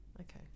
okay